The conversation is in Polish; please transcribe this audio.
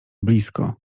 blisko